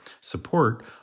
support